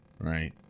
Right